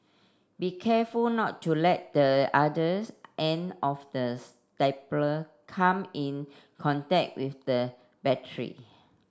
be careful not to let the others end of the staple come in contact with the battery